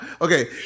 Okay